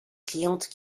clientes